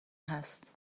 هست